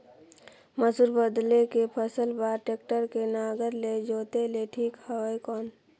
मसूर बदले के फसल बार टेक्टर के नागर ले जोते ले ठीक हवय कौन?